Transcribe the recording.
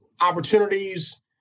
opportunities